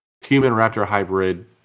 human-raptor-hybrid